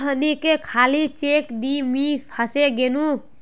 मोहनके खाली चेक दे मुई फसे गेनू